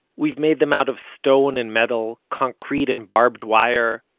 we've made them out of stone and metal, concrete and barbed wire,